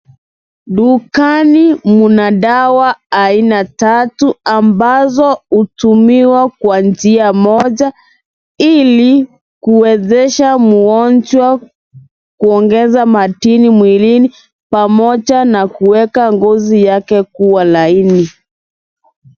Dukani mna dawa aina tatu ambazo hutumiwa kwa njia moja ili kuwezesha mgonjwa kuongeza matini mwilini mmoja na kueka ngozi yake kua laini.